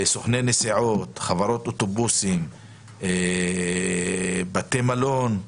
סוכני נסיעות, חברות אוטובוסים, בתי מלון.